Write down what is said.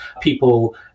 people